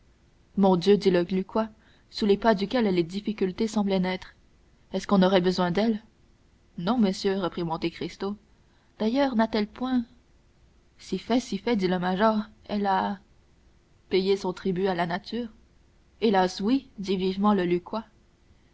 mon dieu dit le lucquois sous les pas duquel les difficultés semblaient naître est-ce qu'on aurait besoin d'elle non monsieur reprit monte cristo d'ailleurs n'a-t-elle point si fait si fait dit le major elle a payé son tribut à la nature hélas oui dit vivement le lucquois